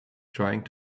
trying